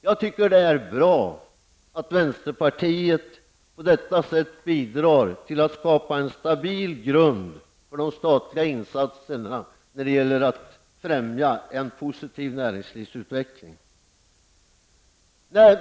Jag tycker det är bra att vänsterpartiet därigenom bidrar till att skapa en stabil grund för de statliga insatserna på området.